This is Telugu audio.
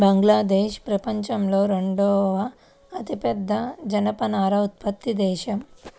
బంగ్లాదేశ్ ప్రపంచంలో రెండవ అతిపెద్ద జనపనార ఉత్పత్తి దేశం